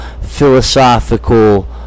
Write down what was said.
philosophical